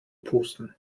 pusten